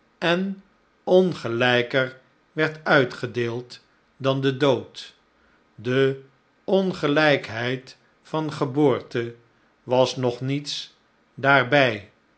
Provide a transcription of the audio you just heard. en ongelijker werd uitgedeeld dan de dood de ongelijkheid van geboorte was nog niets daarbij